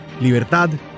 libertad